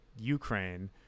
Ukraine